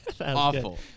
Awful